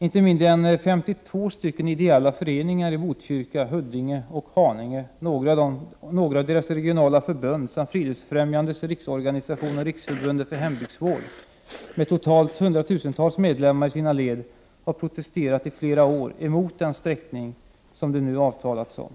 Inte mindre än 52 ideella föreningar i Botkyrka, Huddinge och Haninge, några av deras regionala förbund samt Friluftsfrämjandets riksorganisation och Riksförbundet för hembygdsvård, med totalt hundratusentals medlemmar i sina led, har protesterat i flera år emot den sträckning som det nu avtalats om.